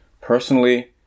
Personally